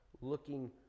looking